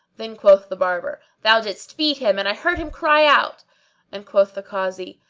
then quoth the barber, thou didst beat him and i heard him cry out and quoth the kazi,